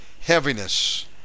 heaviness